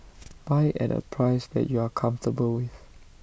buy at A price that you are comfortable with